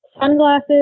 sunglasses